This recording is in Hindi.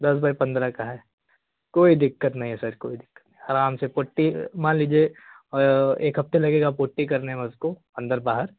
दस बाई पंद्रह का है कोई दिक्कत नहीं है कोई दिक्कत नहीं है सर आराम से पुट्टी मार लीजिए एक हफ्ते लगेगा पुट्टी करने में उसको अन्दर बाहर